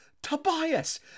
Tobias